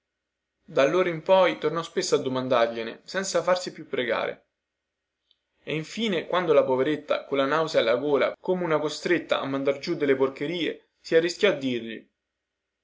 dopo dallora in poi tornò spesso a domandargliene senza farsi più pregare e infine quando la poveretta colla nausea alla gola come una costretta a mandar giù delle porcherie si arrischiò a dirgli